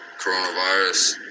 coronavirus